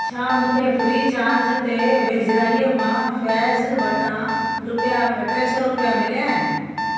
छा मूंखे free charge ते वेझराईअ में फ़ैज वटां रुपिया टे रुपिया मिलिया आहिनि